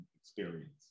experience